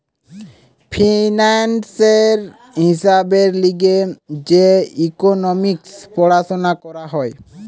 ফিন্যান্সের হিসাবের লিগে যে ইকোনোমিক্স পড়াশুনা করা হয়